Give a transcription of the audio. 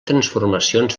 transformacions